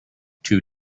two